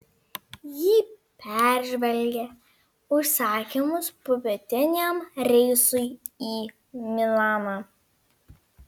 ji peržvelgė užsakymus popietiniam reisui į milaną